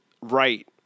right